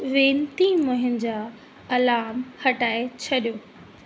वेनिती मुंहिंजा अलार्म हटाए छॾियो